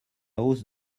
hausse